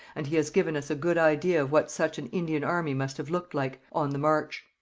and he has given us a good idea of what such an indian army must have looked like on the march.